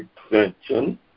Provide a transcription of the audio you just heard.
extension